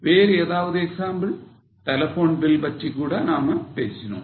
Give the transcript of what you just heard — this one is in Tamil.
வேறு ஏதாவது எக்ஸாம்பிள் telephone bill பற்றிக்கூட நாம பேசினோம்